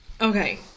okay